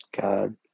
God